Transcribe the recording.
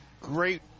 great